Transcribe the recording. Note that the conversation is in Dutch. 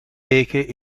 weken